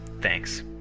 Thanks